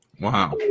Wow